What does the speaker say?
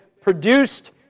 produced